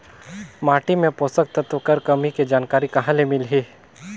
माटी मे पोषक तत्व कर कमी के जानकारी कहां ले मिलही?